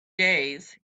days